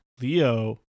Leo